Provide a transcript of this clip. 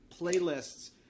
Playlists